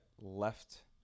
left